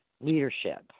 leadership